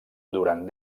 durant